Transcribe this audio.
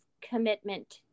commitment